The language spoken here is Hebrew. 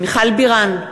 מיכל בירן,